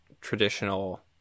traditional